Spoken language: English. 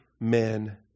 men